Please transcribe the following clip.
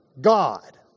God